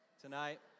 tonight